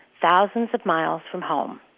thousands of miles from home,